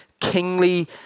kingly